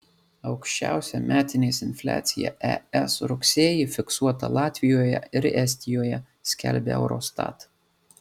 aukščiausia metinės infliacija es rugsėjį fiksuota latvijoje ir estijoje skelbia eurostat